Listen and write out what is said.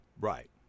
Right